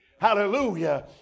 hallelujah